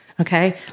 okay